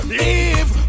leave